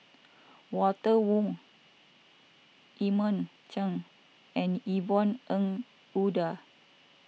Walter Woon Edmund Chen and Yvonne Ng Uhde